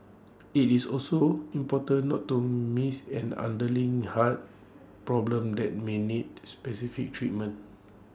IT is also important not to miss an underlying heart problem that may need specific treatment